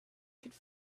could